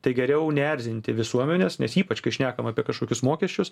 tai geriau neerzinti visuomenės nes ypač kai šnekam apie kažkokius mokesčius